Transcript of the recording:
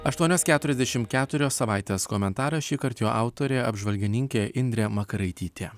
aštuonios keturiasdešimt keturios savaitės komentaras šįkart jo autorė apžvalgininkė indrė makaraitytė